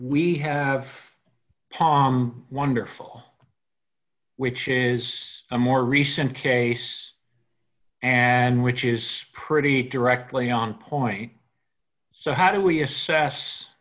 we have palm wonderful which is a more recent case and which is pretty directly on point so how do we assess